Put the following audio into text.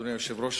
אדוני היושב-ראש,